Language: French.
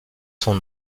son